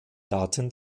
daten